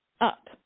up